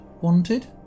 wanted